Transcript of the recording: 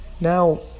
now